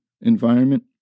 environment